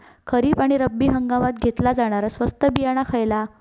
खरीप आणि रब्बी हंगामात घेतला जाणारा स्वस्त बियाणा खयला?